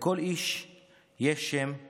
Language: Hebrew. // לכל איש יש שם /